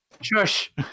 Shush